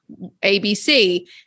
ABC